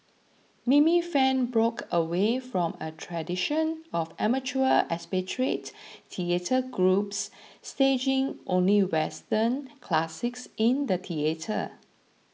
Mimi Fan broke away from a tradition of amateur expatriate theatre groups staging only Western classics in the theatre